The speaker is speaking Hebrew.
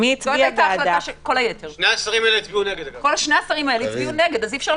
שני השרים האלה הצביעו נגד.